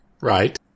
Right